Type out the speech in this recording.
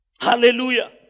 Hallelujah